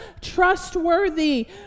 trustworthy